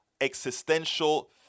existential